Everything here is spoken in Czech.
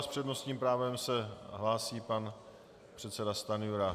S přednostním právem se hlásí pan předseda Stanjura.